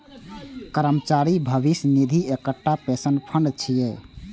कर्मचारी भविष्य निधि एकटा पेंशन फंड छियै